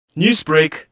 Newsbreak